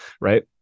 right